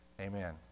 Amen